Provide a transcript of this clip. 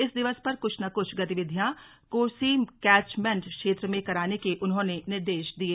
इस दिवस पर कुछ न कुछ गतिविधियां कोसी कैचमैण्ट क्षेत्र में कराने के उन्होंने निर्देश दिये